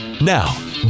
Now